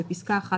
בפסקה (1),